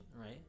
Right